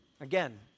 Again